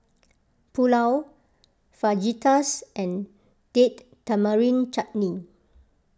Pulao Fajitas and Date Tamarind Chutney